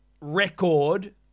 record